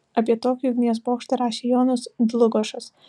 apie tokį ugnies bokštą rašė jonas dlugošas